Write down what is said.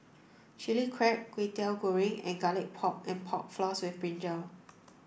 chili crab Kwetiau Goreng and garlic pork and pork floss with brinjal